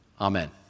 Amen